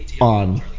on